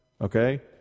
okay